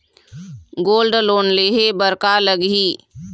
Gold loan लेहे बर का लगही?